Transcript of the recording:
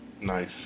nice